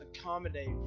accommodate